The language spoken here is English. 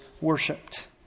worshipped